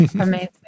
Amazing